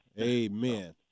Amen